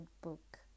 book